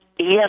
Yes